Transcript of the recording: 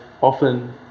often